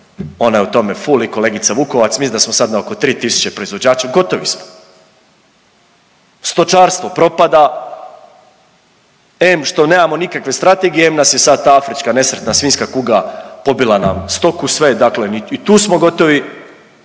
ona je u tome ful i kolegica Vukovac, mislim da smo sad na oko 3 tisuće proizvođača gotovi smo. Stočarstvo propada, em što nemamo nikakve strategije, em nas je sad ta afrička nesretna svinjska kuga pobila nam stoku sve, dakle i tu smo gotovi.